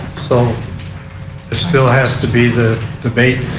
so still has to be the debate.